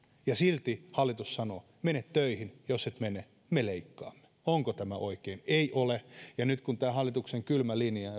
ja silti hallitus sanoo mene töihin ja jos et mene me leikkaamme onko tämä oikein ei ole ja nyt kun hallituksen kylmä linja